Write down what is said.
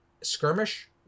skirmish